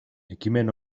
ekimen